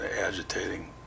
agitating